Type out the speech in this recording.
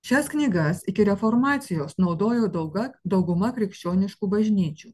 šias knygas iki reformacijos naudojo dolga dauguma krikščioniškų bažnyčių